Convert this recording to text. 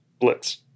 blitz